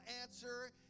answer